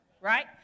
right